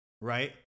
right